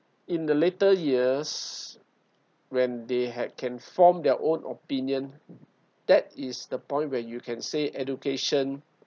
in the later years when they had can form their own opinion that is the point where you can say education